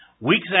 Weeks